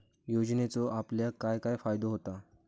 योजनेचो आपल्याक काय काय फायदो होता?